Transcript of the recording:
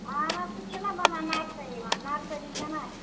اَہَن حظ سُہ تہِ چھُناہ بَنان نَرسٔری منٛز نَرسٔری چھےٚ نا اَسہِ